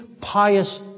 pious